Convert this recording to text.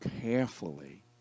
carefully